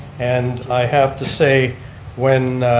and i have to say when